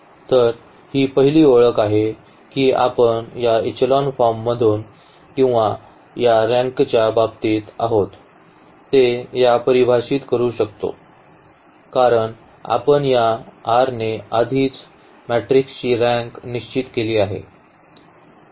तर ही पहिली ओळख आहे की आपण या इचेलॉन फॉर्ममधून किंवा ज्या रँकच्या बाबतीत आहोत ते आता परिभाषित करू शकतो कारण आपण या r ने आधीच मॅट्रिक्सची रँक निश्चित केली आहे